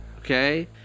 Okay